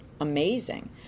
amazing